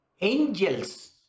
angels